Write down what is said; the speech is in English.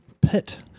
pit